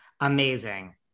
Amazing